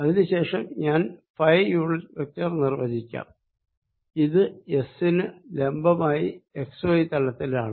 അതിനു ശേഷം ഞാൻ ഫൈ യൂണിറ്റ് വെക്ടർ നിർവചിക്കാം ഇത് എസ്സിന് ലംബമായി എക്സ് വൈ തലത്തിലാണ്